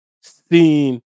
seen